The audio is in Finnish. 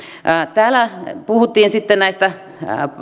täällä puhuttiin sitten näistä